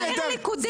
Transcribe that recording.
זה עיר ליכודית.